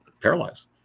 paralyzed